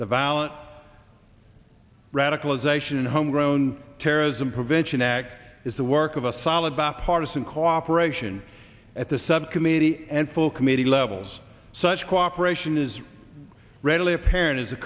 the violent radicalization and homegrown terrorism prevention act is the work of a solid bipartisan cooperation at the subcommittee and full committee levels such cooperation is readily apparent as